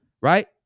right